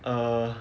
err